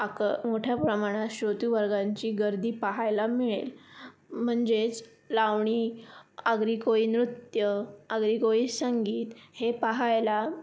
आक मोठ्या प्रमाणात श्रोते वर्गांची गर्दी पहायला मिळेल म्हणजेच लावणी आगरी कोळी नृत्य आगरी कोळी संगीत हे पहायला